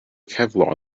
kevlar